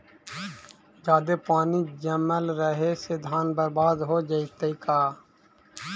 जादे पानी जमल रहे से धान बर्बाद हो जितै का?